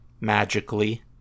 magically